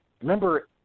remember